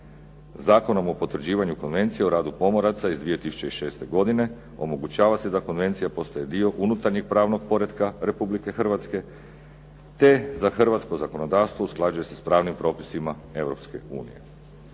Zakonom o potvrđivanju Konvencije o radu pomoraca iz 2006. godine omogućava se da konvencija postane dio unutarnjeg pravnog poretka Republike Hrvatske te za hrvatsko zakonodavstvo usklađuje se s pravnim propisima